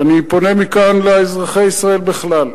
ואני פונה מכאן לאזרחי ישראל בכלל.